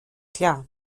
klar